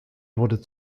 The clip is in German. wurde